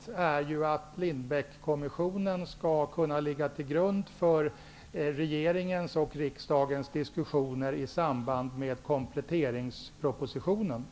skall Lindbeckkommissionens rapport ligga till grund för regeringens och riksdagens diskussioner i samband med kompletteringspropositionen.